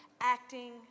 acting